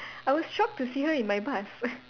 I was shocked to see her in my bus